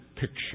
picture